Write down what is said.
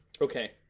Okay